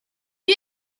you